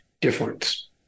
difference